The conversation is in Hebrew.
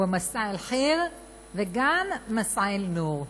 מסא אל-ח'יר וגם מסא אל-נור.